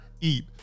eat